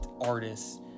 artists